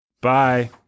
Bye